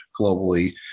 globally